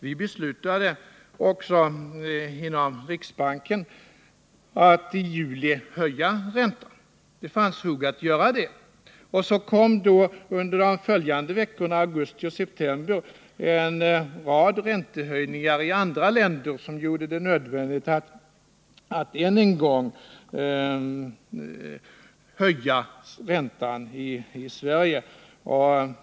Vi beslutade också inom riksbanken i juli att höja räntan — det fanns fog för att göra det — och så kom då, under de följande veckorna i augusti och september, en rad räntehöjningar i andra länder som gjorde det nödvändigt att än en gång höja räntan i Sverige.